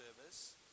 service